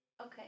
Okay